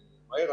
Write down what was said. מהר.